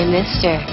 Mister